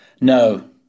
No